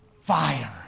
fire